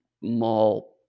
mall